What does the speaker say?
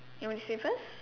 you want to say first